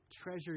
treasure